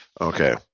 Okay